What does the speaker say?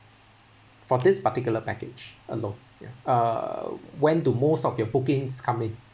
for this particular package alone uh when do most of your bookings come in